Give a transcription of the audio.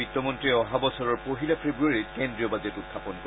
বিত্তমন্ত্ৰীয়ে অহা বছৰৰ পহিলা ফেব্ৰুৱাৰীত কেন্দ্ৰীয় বাজেট উত্থাপন কৰিব